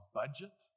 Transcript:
budget